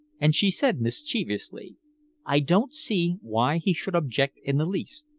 and she said mischievously i don't see why he should object in the least.